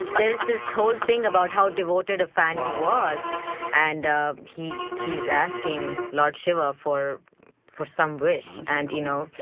there's this whole thing about how devoted a fan he was and he's asking lord shiva for for some wish and, you know,